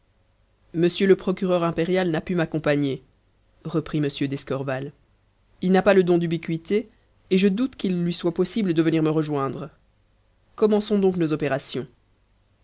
monsieur le procureur impérial n'a pu m'accompagner reprit m d'escorval il n'a pas le don d'ubiquité et je doute qu'il lui soit possible de venir me rejoindre commençons donc nos opérations